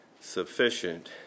Sufficient